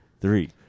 three